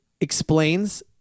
explains